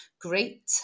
great